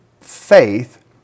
faith